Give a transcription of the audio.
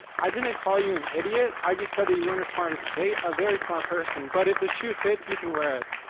i didn't call you an idiot, i just said that you weren't as smart as kate, a very smart person, but if the shoe fits, you can wear it.